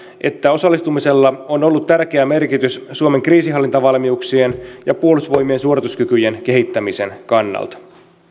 että osallistumisella on ollut tärkeä merkitys suomen kriisinhallintavalmiuksien ja puolustusvoimien suorituskykyjen kehittämisen kannalta